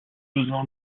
besoin